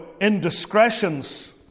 indiscretions